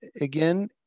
again